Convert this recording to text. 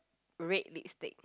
red lipstick